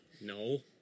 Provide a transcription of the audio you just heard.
No